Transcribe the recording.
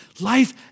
Life